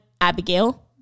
Abigail